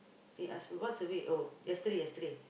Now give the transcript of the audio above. then he ask me what survey oh yesterday yesterday